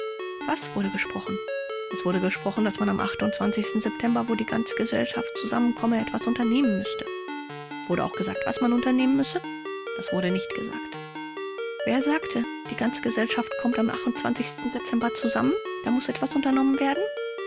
was wurde gesprochen k es wurde gesprochen daß man am september wo die ganze gesellschaft zusammenkomme etwas unternehmen müßte vors wurde auch gesagt was man unternehmen müsse k das wurde nicht gesagt vors wer sagte die ganze gesellschaft kommt am september zusammen da muß etwas unternommen werden